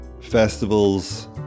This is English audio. festivals